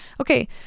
Okay